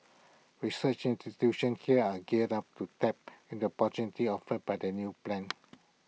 research institutions here are geared up to tap in the opportunities offered by the new plan